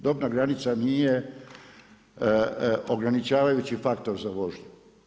Dobna granica nije ograničavajući faktor za vožnju.